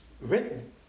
written